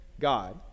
God